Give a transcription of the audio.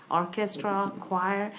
orchestra, choir,